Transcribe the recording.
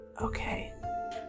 Okay